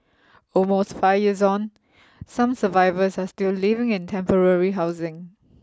almost five years on some survivors are still living in temporary housing